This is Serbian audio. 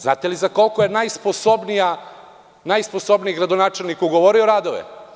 Znate li za koliko je najspobniji gradonačelnik ugovorio radove?